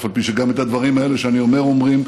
אף על פי שגם את הדברים האלה שאני אומר אומרים,